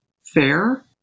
fair